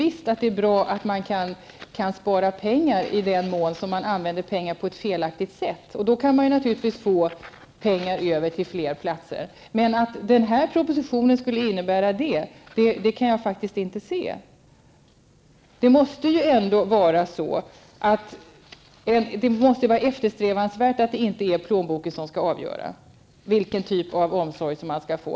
Visst är det bra att man kan spara pengar i den mån pengarna används på ett felaktigt sätt. Då kan man naturligtvis få pengar över till flera platser. Att den här propositionen skulle innebära detta kan jag faktiskt inte se. Det måste vara eftersträvansvärt att det inte är plånboken som skall avgöra vilken typ av barnomsorg som barnen skall få.